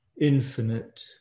Infinite